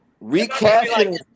recasting